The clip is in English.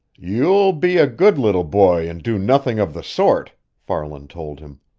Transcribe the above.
you'll be a good little boy and do nothing of the sort, farland told him.